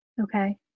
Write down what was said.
okay